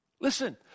Listen